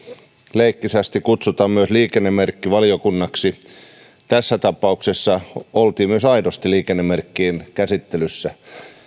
leikkisästi kutsutaan myös liikennemerkkivaliokunnaksi tässä tapauksessa oltiin myös aidosti liikennemerkkien käsittelyssä